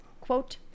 Quote